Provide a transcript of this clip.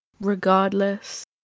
regardless